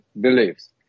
beliefs